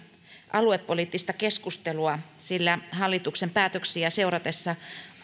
aluepoliittista keskustelua sillä hallituksen päätöksiä seuratessa